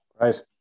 Right